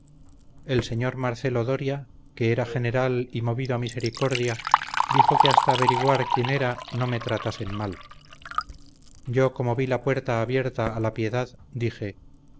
el señor marcelo doria que era general y movido a misericordia dijo que hasta averiguar quién era no me tratasen mal yo como vi la puerta abierta a la piedad dije